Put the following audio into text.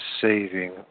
saving